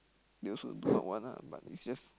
they also do not want ah but it's just